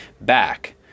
back